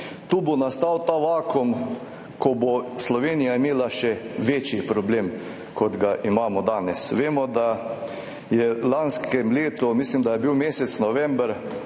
Tu bo nastal ta vakuum, ko bo imela Slovenija še večji problem, kot ga imamo danes. Vemo, da je bil v lanskem letu, mislim, da je bil mesec november,